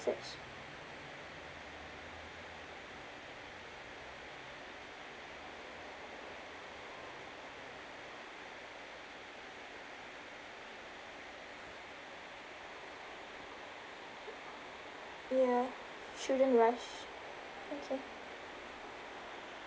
ya shouldn't rush okay